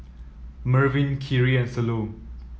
Mervin Khiry and Salome